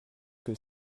que